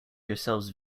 yourselves